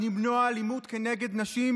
למנוע אלימות כנגד נשים